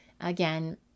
again